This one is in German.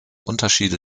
unterschiede